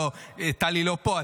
טלי לא פה,